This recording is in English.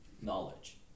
knowledge